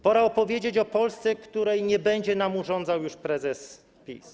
Pora opowiedzieć o Polsce, której nie będzie już nam urządzał prezes PiS.